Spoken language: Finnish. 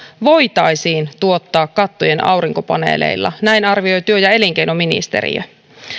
voitaisiin tuottaa kattojen aurinkopaneeleilla näin arvioi työ ja elinkeinoministeriö